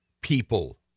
People